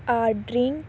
ordering